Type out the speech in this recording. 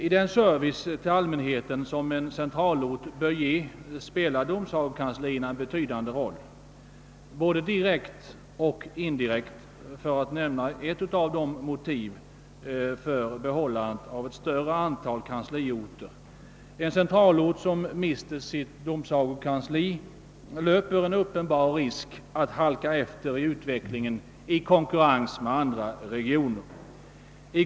I den service till allmänheten som en centralort bör ge spelar domsagokanslierna en betydande roll både direkt och indirekt, för att här bara nämna ett av motiven för bibehållandet av ett större antal kansliorter. En centralort som mister sitt domsagokansli löper uppenbar risk att halka efter i utvecklingen och i konkurrensen med andra regioner.